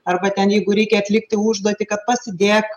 arba ten jeigu reikia atlikti užduotį kad pasidėk